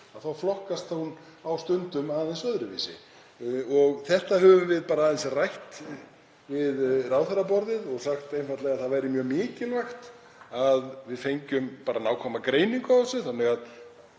þá flokkast það stundum aðeins öðruvísi. Þetta höfum við aðeins rætt við ráðherraborðið og sagt einfaldlega að það væri mjög mikilvægt að við fengjum nákvæma greiningu á þessu. Ég er